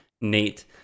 Nate